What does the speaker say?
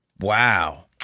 Wow